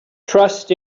trust